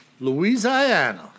Louisiana